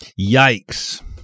Yikes